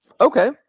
okay